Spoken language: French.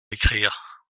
écrire